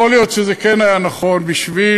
יכול להיות שזה כן היה נכון בשביל